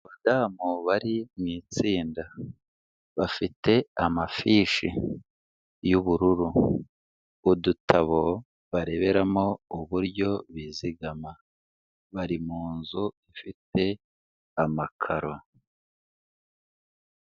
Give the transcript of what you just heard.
Abadamu bari mu itsinda, bafite amafishi y'ubururu, udutabo bareberamo uburyo bizigama, bari mu nzu, ifite amakaro.